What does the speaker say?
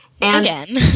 Again